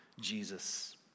Jesus